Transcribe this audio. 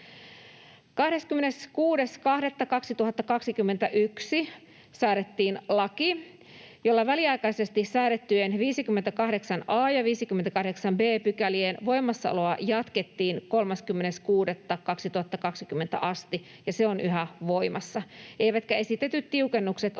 26.2.2021 säädettiin laki, jolla väliaikaisesti säädettyjen 58 a ja 58 b §:ien voimassaoloa jatkettiin 30.6.2020 asti, ja se on yhä voimassa, eivätkä esitetyt tiukennukset ole